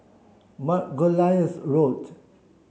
Margoliouth Road